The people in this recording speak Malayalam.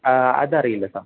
അതറിയില്ല സാ